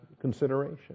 consideration